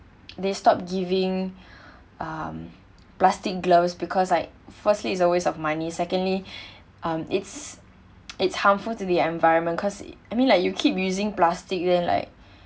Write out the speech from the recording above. they stopped giving um plastic gloves because like firstly is a waste of money secondly um it's it's harmful to the environment cause I mean like you keep using plastic then like